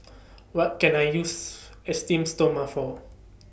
What Can I use Esteem Stoma For